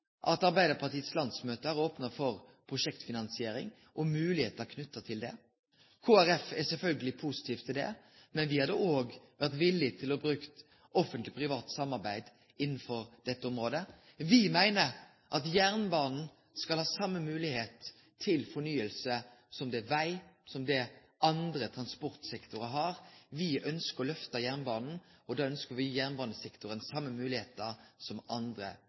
at Arbeidarpartiets landsmøte har opna for prosjektfinansiering og moglegheiter knytte til det. Kristeleg Folkeparti er sjølvsagt positive til det, men me hadde òg vore villige til å ha Offentleg Privat Samarbeid innanfor dette området. Vi meiner at jernbanen skal ha same moglegheit til fornying som det vegsektoren og andre transportsektorar har. Vi ønskjer å lyfte jernbanen, og da ønskjer me å gi jernbanesektoren dei same moglegheitene som andre